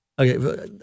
Okay